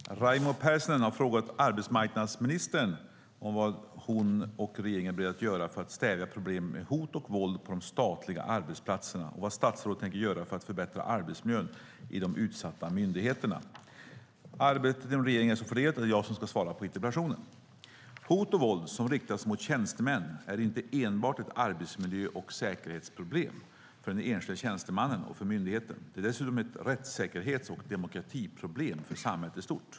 Herr talman! Raimo Pärssinen har frågat arbetsmarknadsministern vad hon och regeringen är beredda att göra för att stävja problemet med hot och våld på de statliga arbetsplatserna och vad statsrådet tänker göra för att förbättra arbetsmiljön i de utsatta myndigheterna. Arbetet inom regeringen är så fördelat att det är jag som ska svara på interpellationen. Hot och våld som riktas mot tjänstemän är inte enbart ett arbetsmiljö och säkerhetsproblem för den enskilda tjänstemannen och för myndigheten. Det är dessutom ett rättssäkerhets och demokratiproblem för samhället i stort.